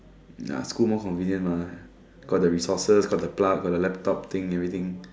ya school more convenient mah got the resources got the plug got the laptop thing everything